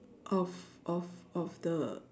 of of of the